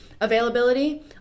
availability